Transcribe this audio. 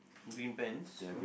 green pants